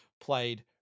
played